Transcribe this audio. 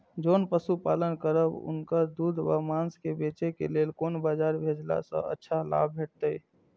जोन पशु पालन करब उनकर दूध व माँस के बेचे के लेल कोन बाजार भेजला सँ अच्छा लाभ भेटैत?